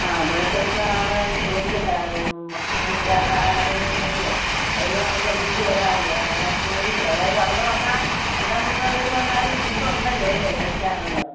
ആ പണിസ്ഥലത്ത് ആളെ അത് ചോദിക്കട്ടെ ഭക്ഷണം കൊണ്ടുവരാത്ത ആരെങ്കിലും ഉണ്ടെങ്കിലേ അവരുമായിട്ട് ഒന്നിച്ച് വരാമല്ലോ ഞാൻ ചോദിക്കാം ഏതായാലും അവിടെ വന്നാൽ രണ്ടോ മൂന്നോ പേർ വന്നാലും ഫുഡ് ഉണ്ടല്ലോ അല്ലെ കഴിക്കാനുള്ളത്